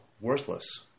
worthless